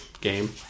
game